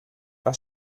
was